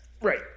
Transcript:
Right